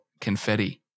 confetti